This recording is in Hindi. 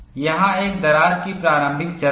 यहां एक दरार की प्रारंभिक चरण है